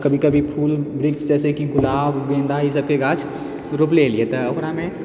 कभी कभी फूल जैसे कि गुलाब गेन्दा ई सबके गाछ रोपले हलियै तऽ ओकरामे